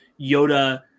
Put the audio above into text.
Yoda